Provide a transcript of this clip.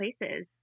places